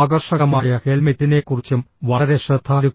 ആകർഷകമായ ഹെൽമെറ്റിനെക്കുറിച്ചും വളരെ ശ്രദ്ധാലുക്കളാണ്